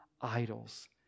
idols